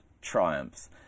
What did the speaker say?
triumphs